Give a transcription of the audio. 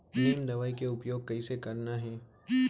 नीम दवई के उपयोग कइसे करना है?